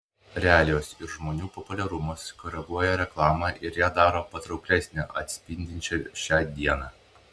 realijos ir žmonių populiarumas koreguoja reklamą ir ją daro patrauklesnę atspindinčią šią dieną